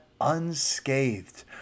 unscathed